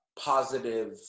positive